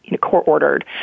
court-ordered